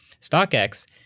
StockX